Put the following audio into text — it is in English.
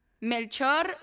Melchor